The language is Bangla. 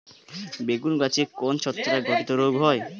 বেগুন গাছে কোন ছত্রাক ঘটিত রোগ হয়?